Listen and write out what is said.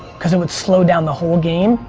cause it would slow down the whole game,